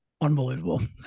Unbelievable